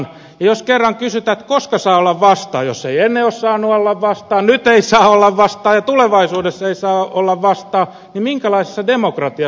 ja jos kerran kysytään koska saa olla vastaan jos ei ennen ole saanut olla vastaan nyt ei saa olla vastaan ja tulevaisuudessa ei saa olla vastaan niin minkälaisessa demokratiassa eletään